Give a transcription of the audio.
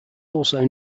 also